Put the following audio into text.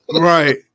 Right